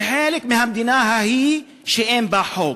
וחלק מהמדינה ההיא שאין בה חוק.